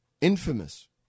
infamous